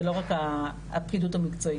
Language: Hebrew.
זה לא רק הפקידות המקצועית.